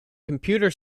computer